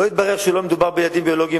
לו יתברר שלא מדובר בילדים ביולוגיים,